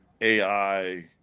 AI